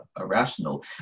irrational